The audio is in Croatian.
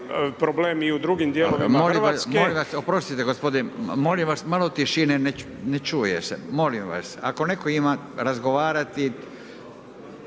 (Nezavisni)** Molim vas, oprostite gospodine, molim vas malo tišine, ne čuje se. Molim vas. Ako netko ima razgovarati,